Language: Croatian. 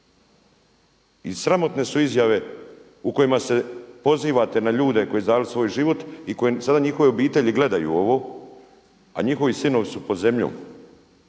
I sramotne su izjave u kojima se pozivate na ljude koji su dali svoj život i koje sada njihove obitelji gledaju ovo a njihovi sinovi su pod zemljom.